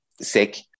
sick